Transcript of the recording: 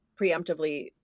preemptively